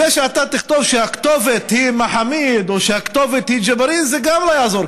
זה שאתה תכתוב שהכתובת היא מחמיד או שהכתובת היא ג'בארין זה לא יעזור,